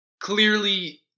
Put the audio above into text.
clearly